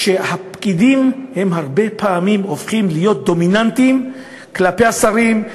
שהפקידים הרבה פעמים הופכים להיות דומיננטיים כלפי השרים,